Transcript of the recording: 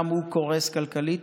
גם הוא קורס כלכלית,